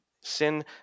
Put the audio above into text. Sin